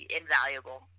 invaluable